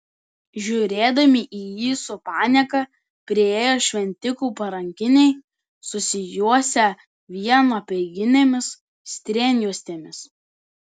žiūrėdami į jį su panieka priėjo šventikų parankiniai susijuosę vien apeiginėmis strėnjuostėmis